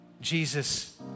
Jesus